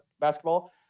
basketball